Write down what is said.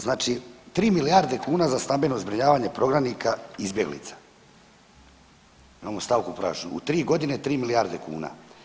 Znači 3 milijarde kuna za stambeno zbrinjavanje prognanika izbjeglica, imamo stavku u proračunu, u 3 godine 3 milijarde kuna.